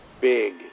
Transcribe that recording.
big